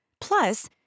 Plus